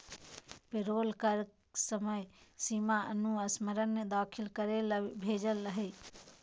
payroll कर समय सीमा अनुस्मारक दाखिल करे ले भेजय हइ